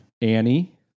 Annie